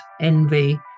envy